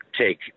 take